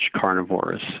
carnivores